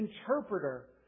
interpreter